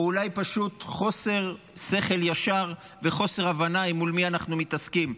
או אולי פשוט חוסר שכל ישר וחוסר הבנה מול מי אנחנו מתעסקים.